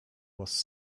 was